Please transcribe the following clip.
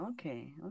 Okay